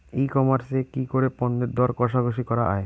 E commerce এ কি পণ্যের দর কশাকশি করা য়ায়?